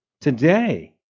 Today